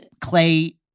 Clay